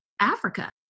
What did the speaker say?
Africa